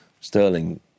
Sterling